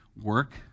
work